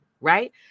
right